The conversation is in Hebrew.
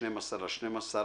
12 בדצמבר,